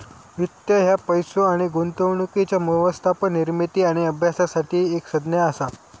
वित्त ह्या पैसो आणि गुंतवणुकीच्या व्यवस्थापन, निर्मिती आणि अभ्यासासाठी एक संज्ञा असा